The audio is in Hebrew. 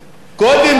כמה תוכניות מיתאר,